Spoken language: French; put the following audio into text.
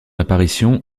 apparition